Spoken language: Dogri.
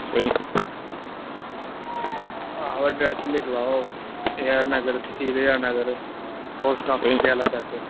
आहो एड्रैस लिखी लैओ हीरानगर तैह्सील हीरानगर पोस्ट ऑफिस दयालाचक्क